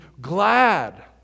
glad